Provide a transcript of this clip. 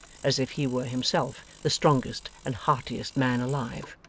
as if he were himself the strongest and heartiest man alive.